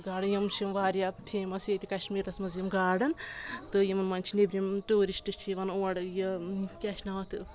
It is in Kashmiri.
یِم چھِ واریاہ پھیمس ییٚتہِ کشمیٖرس منٛز یِم گاڈن تہٕ یِمن منٛز چھِ نیٚبرِم ٹوٗرِسٹہٕ چھِ یِوان اورٕ یہِ کیاہ چھِ ناو اَتھ